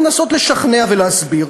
לנסות לשכנע ולהסביר.